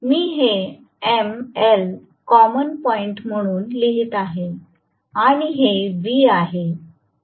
मी हे M L common point म्हणून लिहित आहे आणि हे व्ही आहे